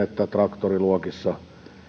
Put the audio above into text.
että traktoriluokissa